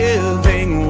Living